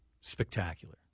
spectacular